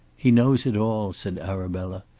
he knows it all, said arabella.